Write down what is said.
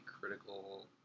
critical